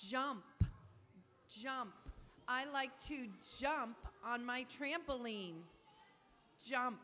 jump jump i like to jump on my trampoline j